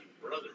brother